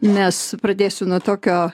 nes pradėsiu nuo tokio